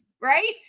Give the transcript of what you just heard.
right